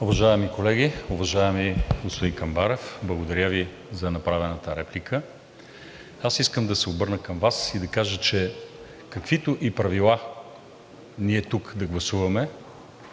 Уважаеми колеги! Уважаеми господин Камбарев, благодаря Ви за направената реплика. Аз искам да се обърна към Вас и да кажа, че каквито и Правила ние тук да гласуваме,